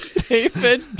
david